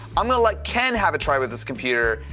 i'm gonna let ken have a try with this computer,